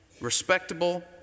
Respectable